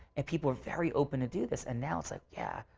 and people are very open to do this. and now it's like, yeah,